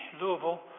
Louisville